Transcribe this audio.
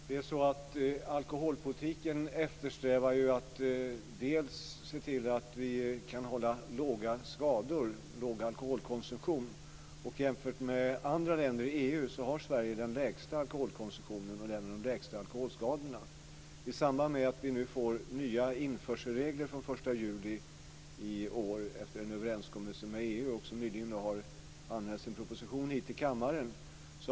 Herr talman! Vi eftersträvar i alkoholpolitiken bl.a. att hålla en låg alkoholkonsumtion med låga skador. Jämfört med andra länder i EU har Sverige den lägsta alkoholkonsumtionen och därmed de lägsta alkoholskadorna. Efter en överenskommelse med EU kommer vi den 1 juli i år att få nya införselregler, som vi har anmält i en proposition till kammaren.